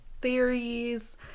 Theories